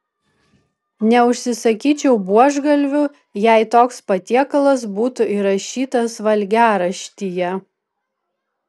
neužsisakyčiau buožgalvių jei toks patiekalas būtų įrašytas valgiaraštyje